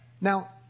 Now